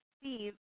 Steve